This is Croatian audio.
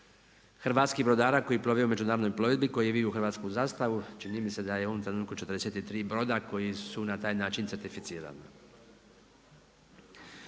hrvatskih brodara koji plove u međunarodnoj plovidbi, koji viju hrvatsku zastavu. Čini mi se da je u ovom trenutku 43 broda koji su na taj način certificirana.